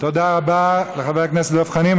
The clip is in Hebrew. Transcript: תודה רבה לחבר הכנסת דב חנין.